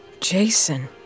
Jason